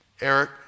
Eric